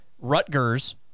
Rutgers